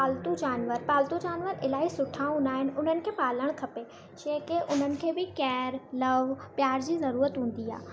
पालतू जानवरु पालतू जनवर इलाही सुठा हूंदा आहिनि उन्हनि खे पालणु खपे छो की उन्हनि खे बि केयर लव प्यार जी ज़रूरत हूंदी आहे